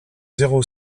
zéro